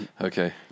Okay